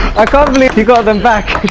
i can't believe you got them back!